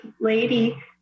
lady